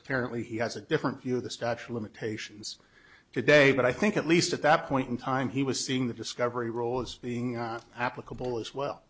apparently he has a different view of the statue limitations today but i think at least at that point in time he was seeing the discovery role as being on applicable as well